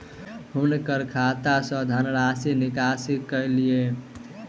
हुनकर खाता सॅ धनराशिक निकासी कय लिअ